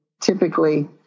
typically